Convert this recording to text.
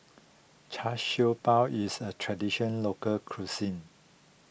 Char Siew Bao is a tradition local cuisine